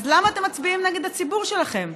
אז למה אתם מצביעים נגד הציבור שלכם?